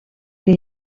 que